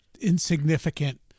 insignificant